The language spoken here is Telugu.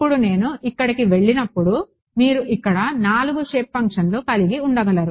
ఇప్పుడు నేను ఇక్కడకు వెళ్ళినప్పుడు మీరు ఇక్కడ నాలుగు షేప్ ఫంక్షన్లు కలిగి ఉండగలరు